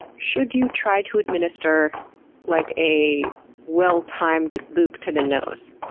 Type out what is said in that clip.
should you try to administer like a well-timed boop to the nose?